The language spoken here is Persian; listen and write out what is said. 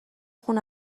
خون